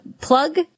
plug